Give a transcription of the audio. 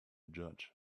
judge